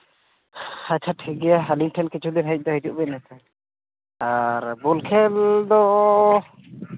ᱟᱪᱪᱷᱟ ᱴᱷᱤᱠ ᱜᱮᱭᱟ ᱟᱹᱞᱤᱧ ᱴᱷᱮᱱ ᱠᱤᱪᱷᱩ ᱫᱤᱱ ᱦᱮᱡ ᱫᱚ ᱦᱤᱡᱩᱜ ᱵᱤᱱ ᱟᱨ ᱵᱚᱞ ᱠᱷᱮᱞ ᱫᱚ